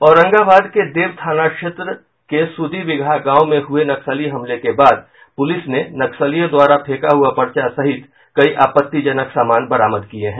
औरंगाबाद के देव थाना क्षेत्र सुदी बिगहा गांव में हुये नक्सली हमले के बाद प्रलिस ने नक्सलियों द्वारा फेंका हुआ पर्चा सहित कई आपत्तिजनक सामान बरामद किये हैं